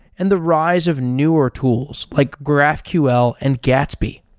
and the rise of newer tools, like graphql and gatsby.